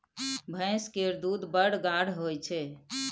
भैंस केर दूध बड़ गाढ़ होइ छै